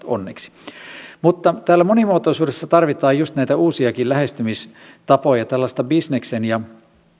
onneksi mutta täällä monimuotoisuudessa tarvitaan just näitä uusiakin lähestymistapoja tällaista bisneksen ja